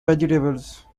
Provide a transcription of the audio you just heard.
vegetables